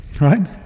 right